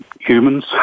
humans